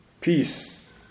peace